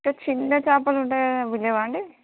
అంటే చిన్న చేపలు ఉంటాయి కదా అవి లేవా అండి